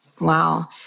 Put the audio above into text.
Wow